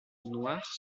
noire